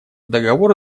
договор